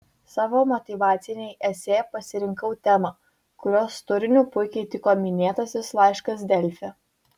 savo motyvacinei esė pasirinkau temą kurios turiniui puikiai tiko minėtasis laiškas delfi